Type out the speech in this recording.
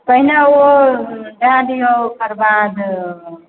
पहिने ओ दऽ दिऔ ओकर बाद